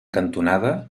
cantonada